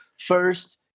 first